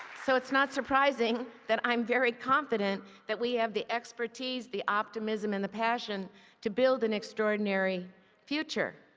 so it is not surprising that i am very confident that we have the expertise, the optimism and the passion to build an extraordinary future.